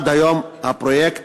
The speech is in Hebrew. עד היום הפרויקט